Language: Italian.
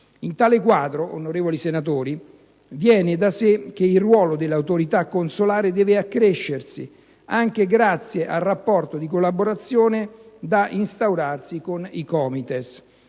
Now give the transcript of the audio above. In tale quadro, onorevoli senatori, viene da sé che il ruolo dell'autorità consolare deve accrescersi, anche grazie al rapporto di collaborazione da instaurarsi con i Comites.